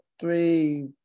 three